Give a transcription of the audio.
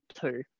two